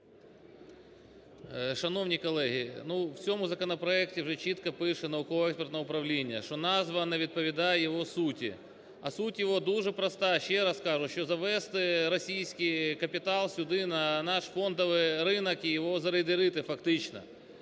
Шановні колеги! В цьому законопроекті вже чітко пише Науково-експертне управління, що назва не відповідає його суті, а суть його дуже проста, ще раз кажу, щоб завезти російський капітал сюди, на наш фондовий ринок і його зарейдерити фактично.